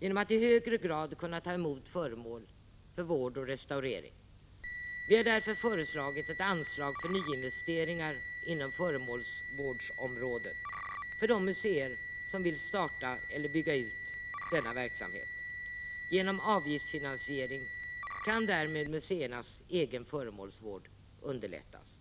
genom att i högre grad kunna ta emot föremål för vård och restaurering. Vi har därför föreslagit ett anslag för nyinvesteringar inom föremålsvårdsområdet för de museer som vill starta eller bygga ut denna verksamhet. Genom avgiftsfinansiering kan därmed museernas egen föremålsvård underlättas.